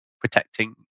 protecting